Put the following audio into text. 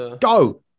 Go